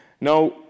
Now